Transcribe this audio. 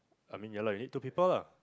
I mean ya lah you need two people lah